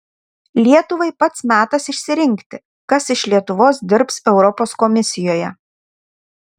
lietuvai pats metas išsirinkti kas iš lietuvos dirbs europos komisijoje